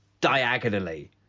diagonally